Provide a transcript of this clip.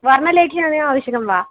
वर्णलेखनी आवश्यकी वा